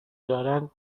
دارند